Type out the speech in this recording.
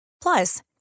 Plus